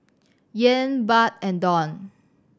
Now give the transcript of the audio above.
Yen Baht and Dong